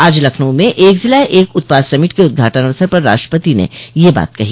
आज लखनऊ में एक जिला एक उत्पाद समिट के उद्घाटन अवसर पर राष्ट्रपति ने यह बात कही